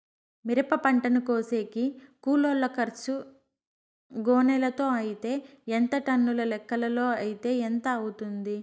మిరప పంటను కోసేకి కూలోల్ల ఖర్చు గోనెలతో అయితే ఎంత టన్నుల లెక్కలో అయితే ఎంత అవుతుంది?